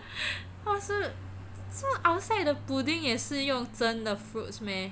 这么 outside 的 pudding 也是用真的 fruits meh